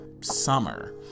summer